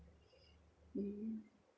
mm